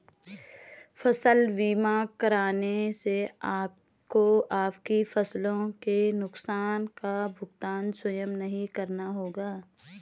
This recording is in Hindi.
फसल बीमा कराने से आपको आपकी फसलों के नुकसान का भुगतान स्वयं नहीं करना होगा